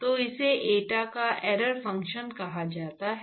तो इसे एटा का एरर फंक्शन कहा जाता है